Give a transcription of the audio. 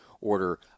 Order